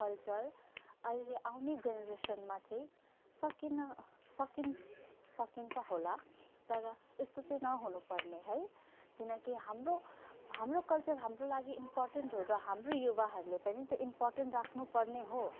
culture अहिले आउने जेनरेसनमा चाहिँ सकिनु सकिन् सकिन्छ होला तर यस्तो चाहिँ नहुनुपर्ने है किनकि हाम्रो हाम्रो कल्चर हाम्रो लागि इम्पोर्टेन्ट हो र हाम्रो युवाहरूले पनि त्यो इम्पोर्टेन्ट राख्नुपर्ने हो